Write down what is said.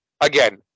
again